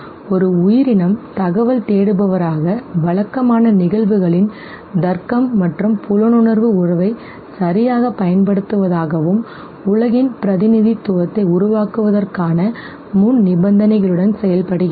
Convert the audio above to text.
ஒரு உயிரினம் தகவல் தேடுபவராக வழக்கமான நிகழ்வுகளின் தர்க்கம் மற்றும் புலனுணர்வு உறவை சரியாகப் பயன்படுத்துவதாகவும் உலகின் பிரதிநிதித்துவத்தை உருவாக்குவதற்கான முன்நிபந்தனைகளுடன் செயல்படுகிறது